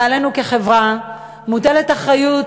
ועלינו כחברה, מוטלת אחריות